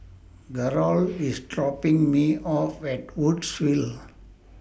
Garold IS dropping Me off At Woodsville